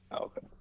Okay